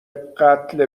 قتل